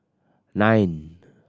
nine